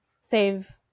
save